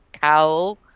cowl